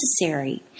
necessary